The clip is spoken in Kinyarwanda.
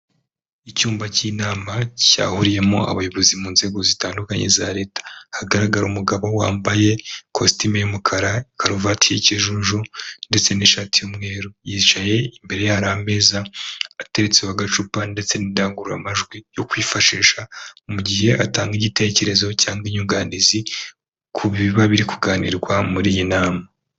Icyumba cy'inama cyahuriyemo abayobozi mu nzego zitandukanye za leta, hagaragara umugabo wambaye ikositime y'umukara, karuvati y'ikijuju ndetse n'ishati y'umweru. yicaye imbere ye hari ameza ateretseho agacupa ndetse n'indangururamajwi yo kwifashisha mu gihe atanga igitekerezo cyangwa inyunganizi ku biba biri kuganirwa muri iyi nama.